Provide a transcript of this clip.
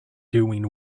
doing